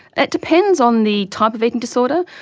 it depends on the type of eating disorder.